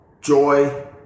joy